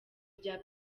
rya